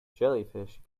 jellyfish